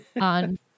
on